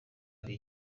ari